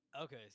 okay